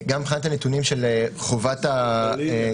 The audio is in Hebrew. גם מבחינת הנתונים של חובת המסירה.